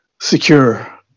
secure